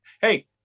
Hey